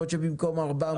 יכול להיות שבמקום 400